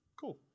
Cool